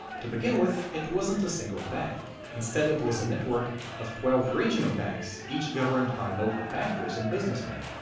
to begin with, it wasn't even a single bank, instead it was a network of twelve regional banks each governed by local bankers and businessmen.